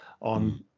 on